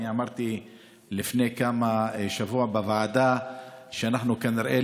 לפני כשבוע אמרתי בוועדה שאנחנו כנראה,